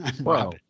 Wow